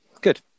good